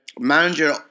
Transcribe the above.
manager